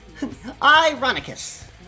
Ironicus